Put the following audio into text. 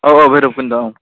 औ औ भैरबकुन्द' औ